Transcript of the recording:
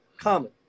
common